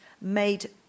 made